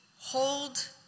hold